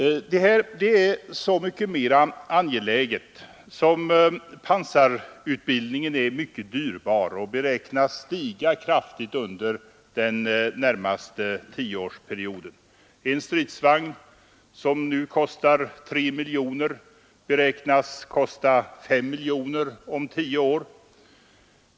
Detta är så mycket mera angeläget som pansarutbildningen är synnerligen dyrbar och kostnaderna beräknas stiga kraftigt under den närmaste tioårsperioden. En stridsvagn som nu kostar 3 miljoner beräknas kosta 5 miljoner om tio år.